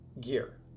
gear